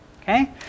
okay